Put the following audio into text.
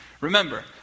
Remember